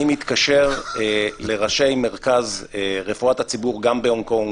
אני מתקשר לראשי מרכז רפואת הציבור גם בהונג קונג,